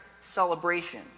celebration